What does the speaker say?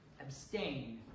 Abstain